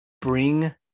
bring